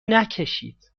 نکشید